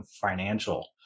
financial